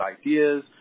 ideas